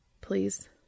Please